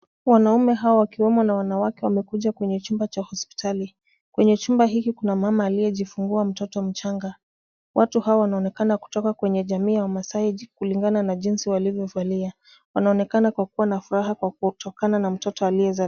Wanaume hawa wakiwemo na wanawake wamekuja katika chumba cha hospitali. Kwenye chumba hiki kuna mama aliyejifungua mtoto mchanga. Watu hawa wanaonekana kutoka kwenye jamii ya wamasai kulingana na jinsi walivyovalia. Wanaonekana kwa kuwa na furaha na kutokana na mtoto aliyezaliwa.